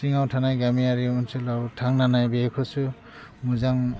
सिङाव थानाय गामियारि अनसोलाव थांनानै बेखौसो मोजां